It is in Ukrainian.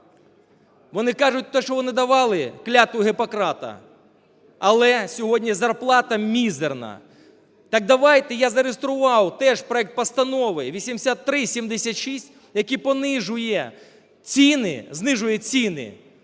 Вони кажуть те, що вони давали Клятву Гіппократа, але сьогодні зарплата мізерна. Так давайте, я зареєстрував теж проект Постанови 8376, який понижує ціни, знижує ціни